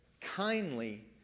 kindly